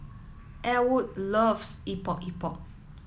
Elwood loves Epok Epok